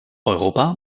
europa